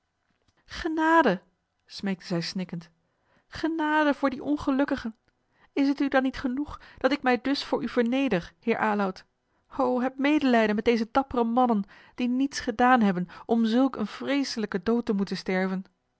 genade smeekte zij snikkend genade voor die ongelukkigen is het u dan niet genoeg dat ik mij dus voor u verneder heer aloud o heb medelijden met deze dappere mannen die niets gedaan hebben om zulk een vreeselijken dood te moeten sterven